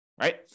right